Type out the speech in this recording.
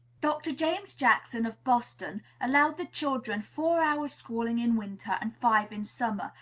dr. james jackson, of boston, allowed the children four hours schooling in winter and five in summer,